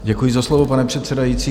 Děkuji za slovo, pane předsedající.